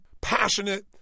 passionate